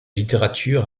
littérature